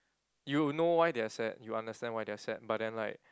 you know why they are sad you understand why they are sad but then like